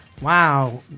Wow